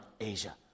Asia